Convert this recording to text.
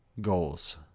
goals